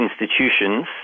institutions